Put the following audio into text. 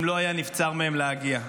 אם לא היה נבצר מהם להגיע.